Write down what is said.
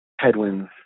headwinds